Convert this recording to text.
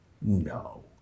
No